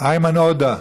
איימן עודה,